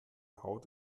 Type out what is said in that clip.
haut